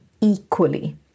equally